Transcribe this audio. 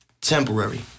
temporary